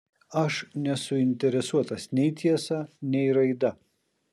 aš nesuinteresuotas nei tiesa nei raida